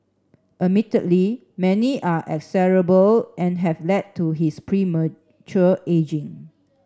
admittedly many are execrable and have led to his premature ageing